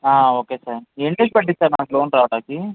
okay sir ఎన్ని days పట్టిద్ది sir మనకి లోన్ రావటానికి